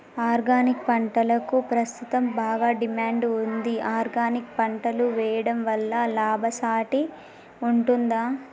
Organic పంటలకు ప్రస్తుతం బాగా డిమాండ్ ఉంది ఆర్గానిక్ పంటలు వేయడం వల్ల లాభసాటి ఉంటుందా?